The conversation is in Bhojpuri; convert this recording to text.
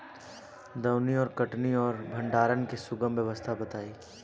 दौनी और कटनी और भंडारण के सुगम व्यवस्था बताई?